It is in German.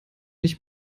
nicht